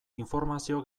informazio